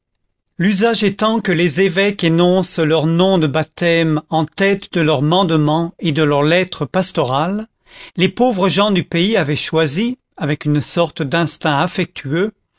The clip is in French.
l'usage étant que les évêques énoncent leurs noms de baptême en tête de leurs mandements et de leurs lettres pastorales les pauvres gens du pays avaient choisi avec une sorte d'instinct affectueux